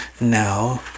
now